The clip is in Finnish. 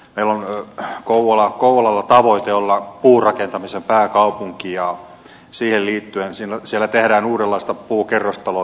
meillä kouvolalla on tavoite olla puurakentamisen pääkaupunki ja siihen liittyen siellä tehdään uudenlaista puukerrostaloa teollisesti